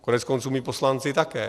Koneckonců my poslanci také.